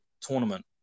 tournament